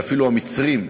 שאפילו המצרים,